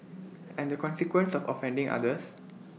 and the consequence of offending others